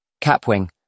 Capwing